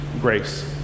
grace